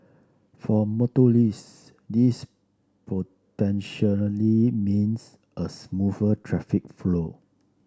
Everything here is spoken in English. for motorist this potentially means a smoother traffic flow